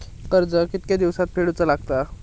कर्ज कितके दिवसात फेडूचा लागता?